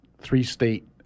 three-state